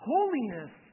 Holiness